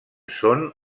són